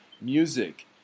music